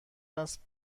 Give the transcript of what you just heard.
است